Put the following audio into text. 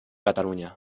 catalunya